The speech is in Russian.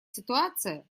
ситуация